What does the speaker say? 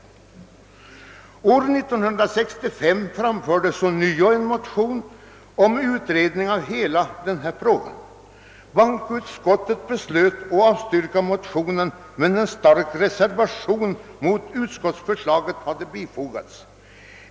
1965 motionerades om utredning av hela denna fråga. Bankoutskottiet avstyrkte motionen, men en stark reser vation mot utskottsutlåtandet förelåg.